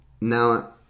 Now